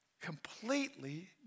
completely